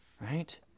right